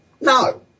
No